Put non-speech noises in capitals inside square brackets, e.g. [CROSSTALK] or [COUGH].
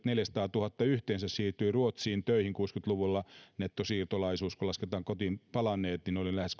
[UNINTELLIGIBLE] neljäsataatuhatta suomalaista siirtyi ruotsiin töihin nettosiirtolaisuus kun lasketaan kotiin palanneet oli lähes [UNINTELLIGIBLE]